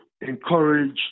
encourage